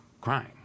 crying